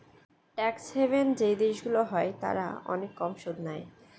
tax haven যেই দেশগুলো হয় তারা অনেক কম সুদ নেয়